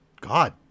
God